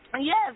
Yes